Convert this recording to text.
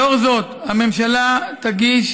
לאור זאת, הממשלה תגיש